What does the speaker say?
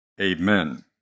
Amen